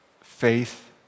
faith